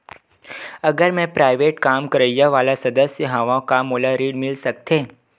अगर मैं प्राइवेट काम करइया वाला सदस्य हावव का मोला ऋण मिल सकथे?